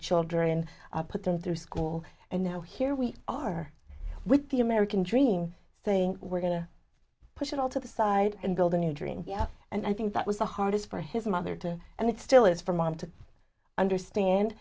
children put them through school and now here we are with the american dream thing we're going to put it all to the side and build a new dream yeah and i think that was the hardest for his mother to and it still is for mom to